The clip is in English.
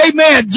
Amen